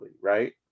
right